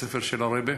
בית-ספר של הרעבע,